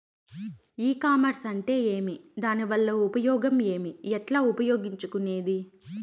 ఈ కామర్స్ అంటే ఏమి దానివల్ల ఉపయోగం ఏమి, ఎట్లా ఉపయోగించుకునేది?